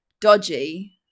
dodgy